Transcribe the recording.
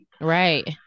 right